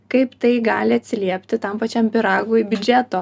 kaip tai gali atsiliepti tam pačiam pyragui biudžeto